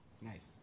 Nice